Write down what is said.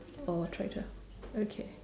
or tried to okay